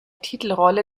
titelrolle